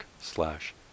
slash